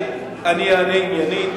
אני אענה עניינית.